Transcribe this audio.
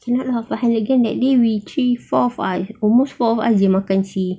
cannot lah five hundred grams that day we three four ah almost four of us makan seh